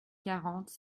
quarante